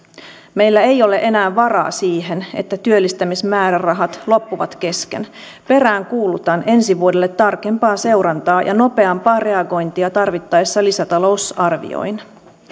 meillä ei ole enää varaa siihen että työllistämismäärärahat loppuvat kesken peräänkuulutan ensi vuodelle tarkempaa seurantaa ja nopeampaa reagointia tarvittaessa lisäta lousarvioin